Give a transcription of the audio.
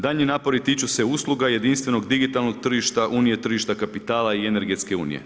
Daljnji napori tiču se usluga jedinstvenog digitalnog tržišta, Unije, tržišta kapitala i energetske unije.